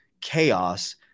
chaos